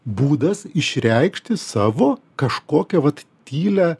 būdas išreikšti savo kažkokią vat tylią